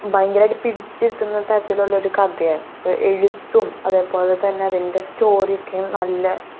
ഭയങ്കരമായിട്ട് പിടിച്ചിരുത്തുന്ന തരത്തിലുള്ള ഒരു കഥയാണ് അപ്പം എഴുത്തും അതേപോലെ തന്നെ അതിൻ്റെ സ്റ്റോറിയൊക്കേം നല്ല